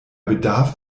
bedarf